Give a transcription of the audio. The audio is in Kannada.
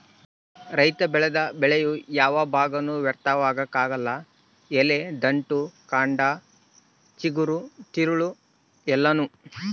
ರೈತ ಬೆಳೆದ ಬೆಳೆಯ ಯಾವ ಭಾಗನೂ ವ್ಯರ್ಥವಾಗಕಲ್ಲ ಎಲೆ ದಂಟು ಕಂಡ ಚಿಗುರು ತಿರುಳು ಎಲ್ಲಾನೂ